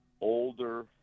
older